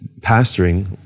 pastoring